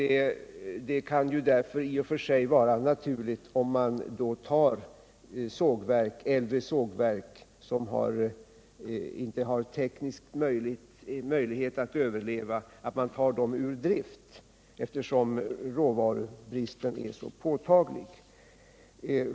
Därför kan det i och för sig vara naturligt att äldre sågverk som inte har teknisk möjlighet att överleva tas ur drift. Råvarubristen är ju påtaglig.